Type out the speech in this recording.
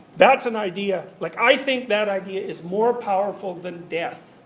that's an idea, like i think that idea is more powerful than death.